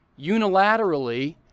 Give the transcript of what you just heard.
unilaterally